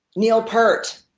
neil peart,